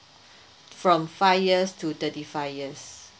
from five years to thirty five years